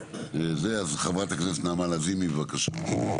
חברת הכנסת נעמה לזימי, בבקשה.